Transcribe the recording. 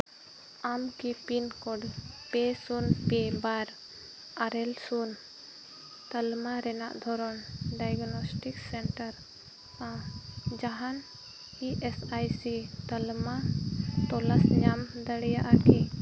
ᱟᱢ ᱠᱤ pin code ᱯᱮ ᱥᱩᱱ ᱯᱮ ᱵᱟᱨ ᱟᱨᱮᱞ ᱥᱩᱱ ᱛᱟᱞᱢᱟ ᱨᱮᱱᱟᱜ ᱫᱷᱚᱨᱚᱱ ᱰᱟᱭᱜᱚᱱᱚᱥᱴᱤᱠ ᱥᱮᱱᱴᱟᱨ ᱥᱟᱶ ᱡᱟᱦᱟᱱ ᱤ ᱮᱥ ᱟᱭ ᱥᱤ ᱛᱟᱞᱢᱟ ᱛᱚᱞᱟᱥ ᱧᱟᱢ ᱫᱟᱲᱮᱭᱟᱜᱼᱟ ᱠᱤ